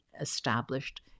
established